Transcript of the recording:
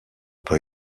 pas